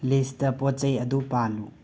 list ꯄꯣꯠ ꯆꯩ ꯑꯗꯨ ꯄꯥꯜꯂꯨ